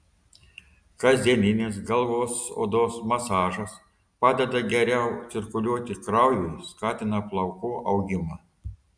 kasdieninis galvos odos masažas padeda geriau cirkuliuoti kraujui skatina plaukų augimą